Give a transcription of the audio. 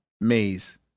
Maze